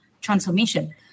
transformation